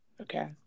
Okay